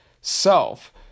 self